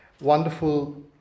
wonderful